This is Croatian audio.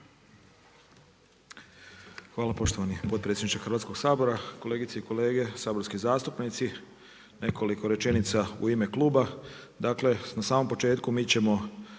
Hvala poštovani potpredsjedniče Hrvatskog sabora, kolegice i kolege saborski zastupnici. Nekoliko rečenica u ime kluba. Dakle, na samom početku mi ćemo